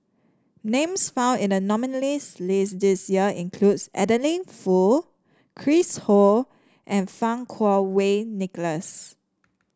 names found in the nominees' list this year include Adeline Foo Chris Ho and Fang Kuo Wei Nicholas